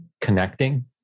connecting